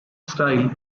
style